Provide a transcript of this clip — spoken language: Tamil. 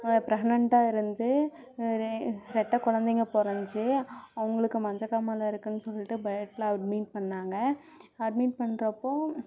ப்ரெக்னென்ட்டாக இருந்து ரெட்டை குழந்தைங்க பிறந்துச்சி அவங்களுக்கு மஞ்சக்காமாலை இருக்குன்னு சொல்லிவிட்டு பெட்டில் அட்மிட் பண்ணாங்க அட்மிட் பண்ணுறப்போ